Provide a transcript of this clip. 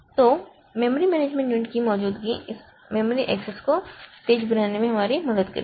तो memory management unit की मौजूदगी इस मेमोरी एक्सेस को तेज़ बनाने में हमारी मदद करेगी